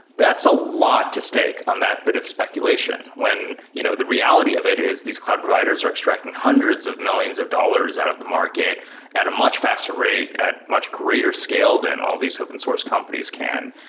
that's a lot to stake on that bit of speculation when you know the reality of it is these cloud providers are extracting hundreds of millions of dollars out of the market at a much faster rate at much greater scale than all these open source companies can.